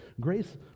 Grace